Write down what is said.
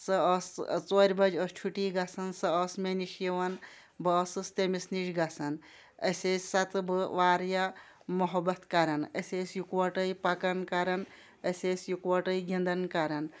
سۄ ٲس ژورِ بَجہِ ٲس چھُٹی گژھان سۄ ٲس مےٚ نِش یِوان بہٕ ٲسٕس تٔمِس نِش گژھان أسۍ ٲسۍ سۄ تہٕ بہٕ واریاہ محبت کَران أسۍ ٲسۍ یِکوَٹَے پَکان کَران أسۍ ٲسۍ یِکوَٹَے گِنٛدان کَران